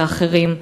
באחרים.